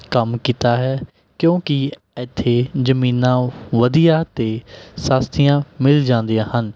ਕੰਮ ਕੀਤਾ ਹੈ ਕਿਉਂਕਿ ਇੱਥੇ ਜ਼ਮੀਨਾਂ ਵਧੀਆ ਅਤੇ ਸਸਤੀਆਂ ਮਿਲ ਜਾਂਦੀਆਂ ਹਨ